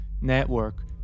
Network